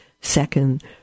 Second